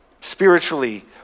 spiritually